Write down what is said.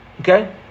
Okay